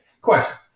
question